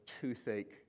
toothache